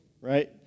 right